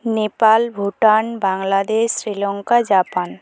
Nepal Bhutan Bangladesh Sri Lanka Japan